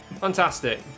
Fantastic